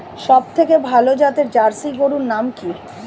সবথেকে ভালো জাতের জার্সি গরুর নাম কি?